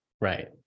Right